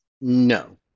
No